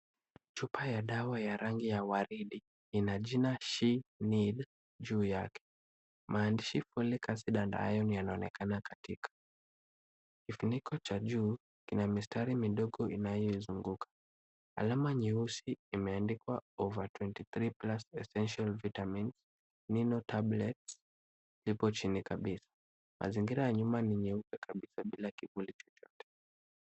Chupa ya dawa ya rangi ya waridi, ina jina She need juu yake. Maandishi Folic acid and iron yanaonekana. Kifuniko cha juu, kina mistari midogo inayoizunguka. Alama nyeusi imeandikwa over23plus essential vitamin Amino tablets ipo chini kabisa. Mazingira ya nyuma ni nyeupe kabisa bila kivuli chochote.